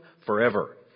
forever